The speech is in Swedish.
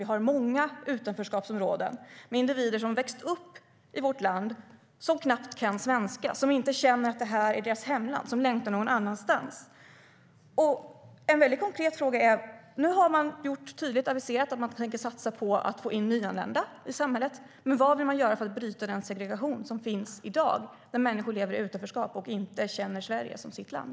Vi har många utanförskapsområden med individer som växt upp i vårt land som knappt kan svenska, som inte känner att det här är deras hemland, som längtar någon annanstans. Jag har en väldigt konkret fråga. Nu har man tydligt aviserat att man tänker satsa på att få in nyanlända i samhället. Men vad vill man göra för att bryta den segregation som finns i dag där människor lever i utanförskap och inte känner Sverige som sitt land?